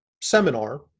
seminar